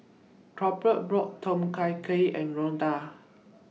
Colbert bought Tom Kha Gai and Ronda